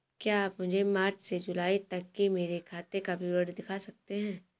क्या आप मुझे मार्च से जूलाई तक की मेरे खाता का विवरण दिखा सकते हैं?